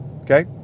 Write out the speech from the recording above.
okay